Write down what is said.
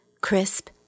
crisp